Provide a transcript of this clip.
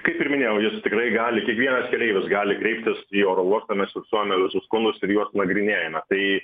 kaip ir minėjau jis tikrai gali kiekvienas keleivis gali kreiptis į oro uostą mes fiksuojame visus skundus ir juos nagrinėjame tai